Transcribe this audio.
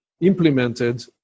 implemented